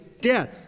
death